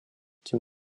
тем